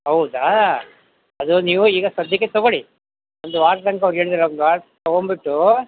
ಹೌದಾ ಅದು ನೀವು ಈಗ ಸದ್ಯಕ್ಕೆ ತೊಗೋಳಿ ಒಂದು ವಾರ ತನಕ ಆವ್ರು ಹೇಳಿದಾರೆ ಒಂದು ವಾರ ತಗೊಂಡ್ಬಿಟ್ಟು